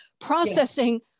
processing